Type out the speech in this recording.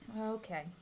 Okay